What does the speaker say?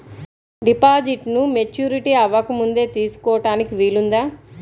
డిపాజిట్ను మెచ్యూరిటీ అవ్వకముందే తీసుకోటానికి వీలుందా?